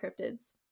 cryptids